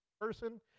person